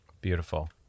Beautiful